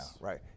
right